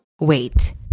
Wait